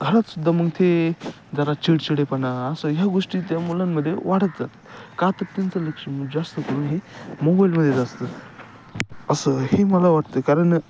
घरातसुद्धा मग ते जरा चिडचिडेपणा असं ह्या गोष्टी त्या मुलांमध्ये वाढत जातं का तर त्यांचं लक्ष मग जास्त करून हे मोबाईलमध्येेच असतं असं हे मला वाटतं कारण